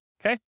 Okay